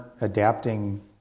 adapting